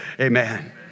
Amen